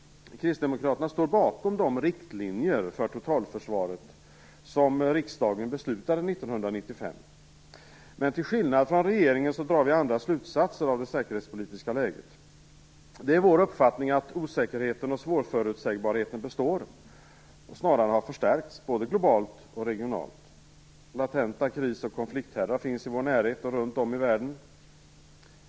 Kristdemokraterna står bakom de riktlinjer för totalförsvaret riksdagen beslutade år 1995, men till skillnad från regeringen drar vi andra slutsatser av det säkerhetspolitiska läget. Det är vår uppfattning att osäkerheten och svårförutsägbarheten består och snarare har förstärkts både globalt och regionalt. Latenta kris och konflikthärdar finns i vår närhet och runt om i världen.